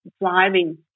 driving